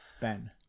Ben